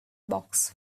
box